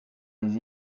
les